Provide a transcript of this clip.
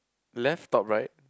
left top right